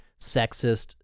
sexist